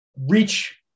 reach